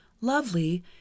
lovely